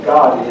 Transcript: God